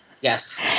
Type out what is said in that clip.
Yes